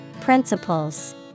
Principles